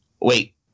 wait